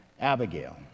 Abigail